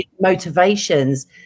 motivations